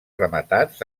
rematats